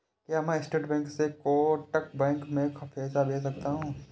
क्या मैं State Bank से कोटक बैंक में पैसे भेज सकता हूँ?